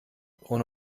ohne